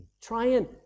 Trying